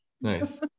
Nice